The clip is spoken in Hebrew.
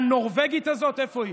והנורבגית הזאת, איפה היא?